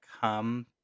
come